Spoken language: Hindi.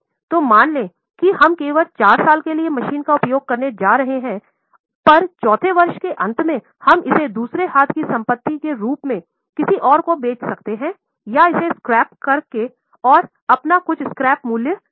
तो मान लें कि हम केवल 4 साल के लिए मशीन का उपयोग करने जा रहे हैं पर चौथे वर्ष के अंत में हम इसे दूसरे हाथ की संपत्ति के रूप में किसी और को बेच सकते हैं य इसे स्कार्प करें और यह आपको कुछ स्क्रैप मूल्य देगा